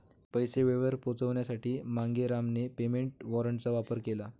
पैसे वेळेवर पोहोचवण्यासाठी मांगेरामने पेमेंट वॉरंटचा वापर केला